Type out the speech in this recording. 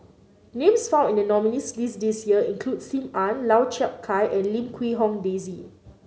names found in the nominees' list this year include Sim Ann Lau Chiap Khai and Lim Quee Hong Daisy